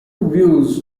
views